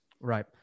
Right